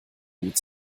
gut